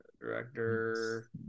Director